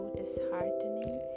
disheartening